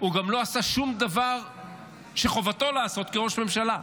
הוא גם לא עשה שום דבר שחובתו לעשות כראש ממשלה.